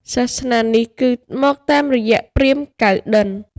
សាសនានេះគឺ មកតាមរយៈព្រាហ្មណ៍កៅណ្ឌិន្យ ។